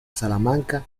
salamanca